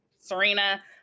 Serena